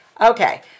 Okay